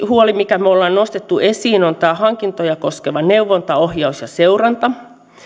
huoli minkä me me olemme nostaneet esiin on hankintoja koskeva neuvonta ohjaus ja seuranta